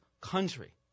country